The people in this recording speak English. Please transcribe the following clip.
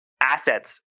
assets